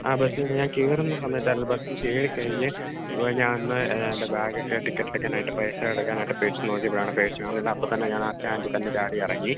ആ ബസ്സില് ഞാൻ കയറുന്ന സമയത്തായിരുന്നു ബസ്സിൽ കയറി കഴിഞ്ഞ് ഞാനൊന്ന് എൻ്റെ ബാഗ് ഒക്കെ ടിക്കറ്റ് എടുക്കാനായിട്ട് പൈസ എടുക്കാനായിട്ട് പേഴ്സ് നോക്കിയപ്പോഴാണ് പേഴ്സ് കാണുന്നില്ല അപ്പോൾ തന്നെ ഞാൻ ആ സ്റ്റാൻഡിൽ തന്നെ ചാടി ഇറങ്ങി